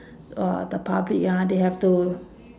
uh the public ah they have to